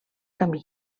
camí